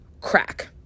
crack